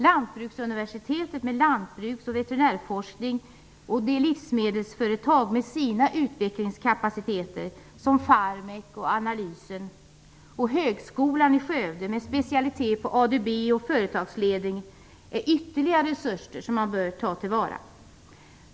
Lantbruksuniversitet med lantbruks och veterinärforskning, livsmedelsföretagen med utbildningskapaciteter som Farmek och Analysen samt högskolan i Skövde med specialitet på ADB och företagsledning är ytterligare resurser som bör tas till vara.